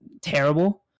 terrible